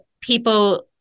people